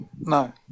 No